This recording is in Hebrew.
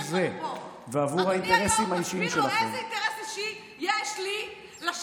איזה אינטרס אישי יש לי פה?